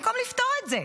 במקום לפתור את זה.